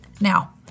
Now